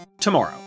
tomorrow